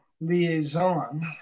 liaison